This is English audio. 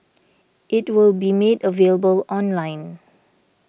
it will be made available online